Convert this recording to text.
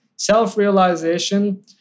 Self-realization